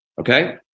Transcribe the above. Okay